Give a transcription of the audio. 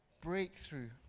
Breakthrough